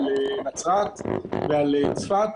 על נצרת ועל צפת,